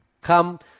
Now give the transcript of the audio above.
come